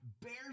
bears